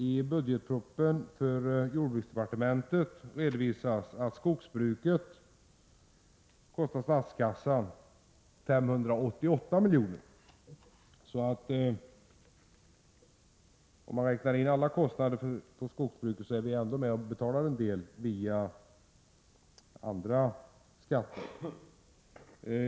I budgetpropositionen för jordbruksdepartementet redovisas att skogsbruket kostar statskassan 588 miljoner. Om man räknar in alla kostnader för skogsbruket är vi alltså ändå med och betalar en del via andra skatter.